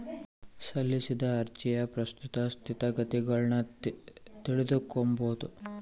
ಸಲ್ಲಿಸಿದ ಅರ್ಜಿಯ ಪ್ರಸಕ್ತ ಸ್ಥಿತಗತಿಗುಳ್ನ ತಿಳಿದುಕೊಂಬದು